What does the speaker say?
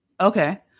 Okay